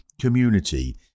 community